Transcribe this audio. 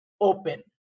open